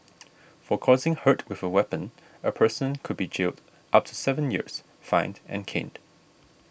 for causing hurt with a weapon a person could be jailed up to seven years fined and caned